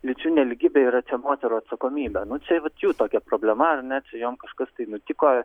lyčių nelygybė yra čia moterų atsakomybė nu čia vat jų tokia problema ar ne čia jom kažkas tai nutiko